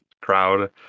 crowd